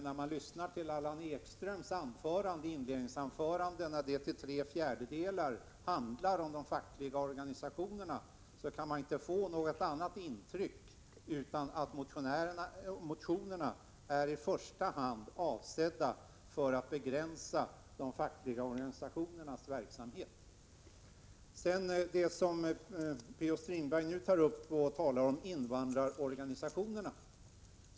När man lyssnar till Allan Ekströms inledningsanförande, som till tre fjärdedelar handlar om de fackliga organisationerna, kan man inte få något annat intryck än att motionerna i första hand är avsedda att begränsa de fackliga organisationernas verksamhet. Nu talar Per-Olof Strindberg om invandrarorganisationerna.